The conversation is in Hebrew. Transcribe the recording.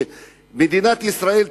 שמדינת ישראל תתקיים,